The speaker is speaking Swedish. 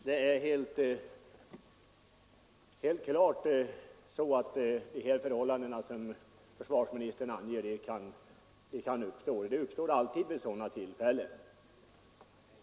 Herr talman! Det är helt klart att de förhållanden som försvarsministern pekar på kan uppstå. Det blir alltid fallet vid sådana här tillfällen.